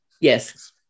Yes